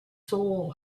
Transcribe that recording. soul